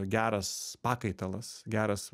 geras pakaitalas geras